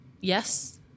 yes